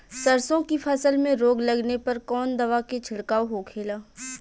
सरसों की फसल में रोग लगने पर कौन दवा के छिड़काव होखेला?